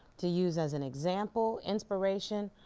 to use as an example, inspiration,